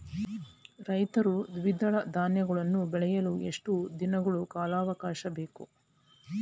ರೈತರು ದ್ವಿದಳ ಧಾನ್ಯಗಳನ್ನು ಬೆಳೆಯಲು ಎಷ್ಟು ದಿನಗಳ ಕಾಲಾವಾಕಾಶ ಬೇಕು?